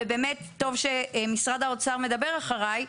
ובאמת טוב שמשרד האוצר מדבר אחריי,